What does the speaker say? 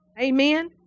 Amen